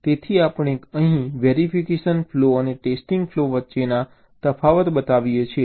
તેથી આપણે અહીં વેરિફિકેશન ફ્લૉ અને ટેસ્ટિંગ ફ્લૉ વચ્ચેનો તફાવત બતાવીએ છીએ